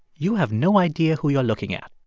you have no idea who you're looking at